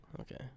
Okay